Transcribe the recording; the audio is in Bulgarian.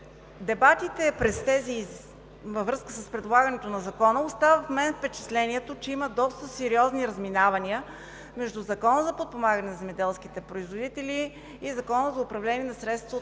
дебатите във връзка с предлагането на Закона остават в мен впечатлението, че има доста сериозни разминавания между Закона за подпомагане на земеделските производители и Закона за управление на средствата